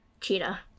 Cheetah